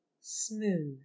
smooth